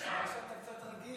נשמע לי שאתה קצת רגיש,